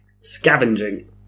Scavenging